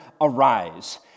arise